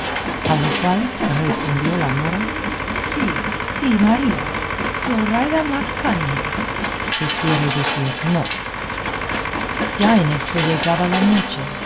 a lo cual respondió la mora sí sí maría zoraida macange que quiere decir no ya en esto llegaba la noche